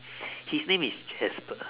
his name is jasper